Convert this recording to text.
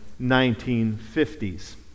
1950s